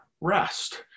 rest